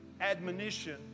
admonition